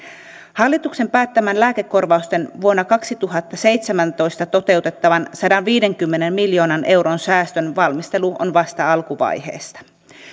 hallituksen päättämän lääkekorvausten vuonna kaksituhattaseitsemäntoista toteutettavan sadanviidenkymmenen miljoonan euron säästön valmistelu on vasta alkuvaiheessa